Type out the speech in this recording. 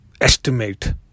estimate